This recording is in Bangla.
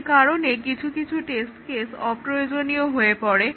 সেই কারণে কিছু কিছু টেস্ট কেস অপ্রয়োজনীয় হয়ে পড়ে